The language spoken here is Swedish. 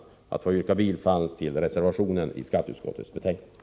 Jag yrkar bifall till reservationen i skatteutskottets betänkande.